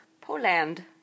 poland